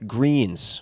Greens